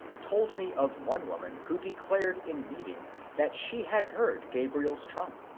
told me of one woman who declared in meeting that she had heard crabriel's trump.